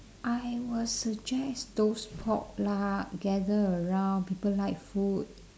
I will suggest those potluck gather around people like food